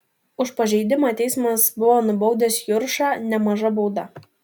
už pažeidimą teismas buvo nubaudęs juršą nemaža bauda